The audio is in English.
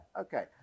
Okay